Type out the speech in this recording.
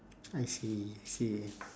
I see see